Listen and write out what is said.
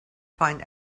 find